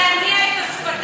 אסור להם להניע את השפתיים,